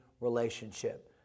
relationship